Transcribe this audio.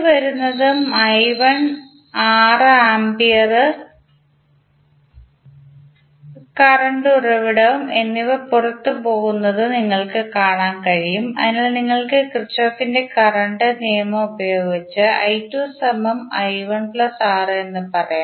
വരുന്നതും 6 ampere current ഉറവിടം എന്നിവ പുറത്തുപോകുന്നതും നിങ്ങൾക്ക് കാണാൻ കഴിയും അതിനാൽ നിങ്ങൾക്ക് കിർചോഫ് കറന്റ് നിയമംKirchhoff's current law പ്രയോഗിച്ച് എന്ന് പറയാം